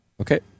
Okay